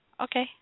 Okay